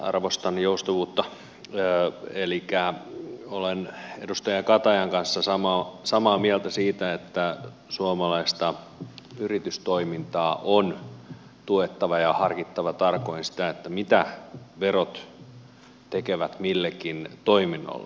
arvostan joustavuutta eli olen edustaja katajan kanssa samaa mieltä siitä että suomalaista yritystoimintaa on tuettava ja harkittava tarkoin sitä mitä verot tekevät millekin toiminnolle